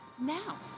now